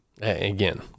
again